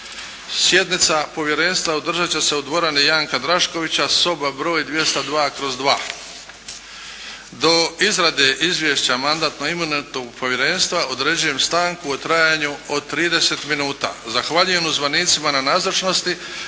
Sjednica Povjerenstva održat će se u dvorani Janka Draškovića, soba broj 202/2. Do izrade izvješća Mandatno-imunitetnog povjerenstva, određujem stanku u trajanju od 30 minuta. Zahvaljujem uzvanicima na nazočnosti